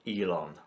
Elon